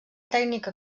tècnica